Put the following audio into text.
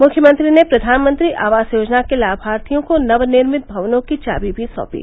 मुख्यमंत्री ने प्रधानमंत्री आवास योजना के लाभार्थियों को नव निर्मित भवनों की चाभी भी साँपी